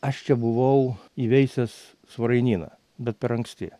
aš čia buvau įveisęs svarainyną bet per anksti